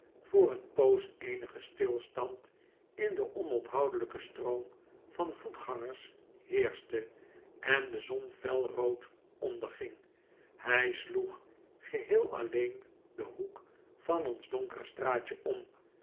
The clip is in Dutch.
voor een poos eenige stilstand in den onophoudelijken stroom van voetgangers heerschte en de zon fel rood onderging hij sloeg geheel alleen den hoek van ons donkere straatje om